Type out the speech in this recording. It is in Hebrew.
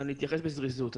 אני אתייחס בזריזות.